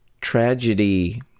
tragedy